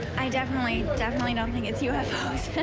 i definitely, definitely don't think it's u f